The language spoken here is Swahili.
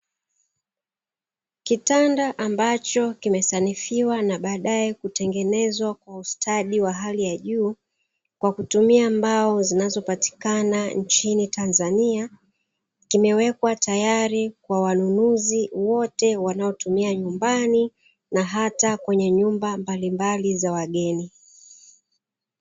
Kitanda ambacho kimesanifiwa na baadaye kutengenezwa kwa ustadi wa hali ya juu, kwa kutumia mbao zinazopatikana nchini Tanzania, kimewekwa tayari kwa wanunuzi wote wanaotumia nyumbani na hata kwenye nyumba mbalimbali za wageni.